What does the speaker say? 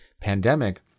pandemic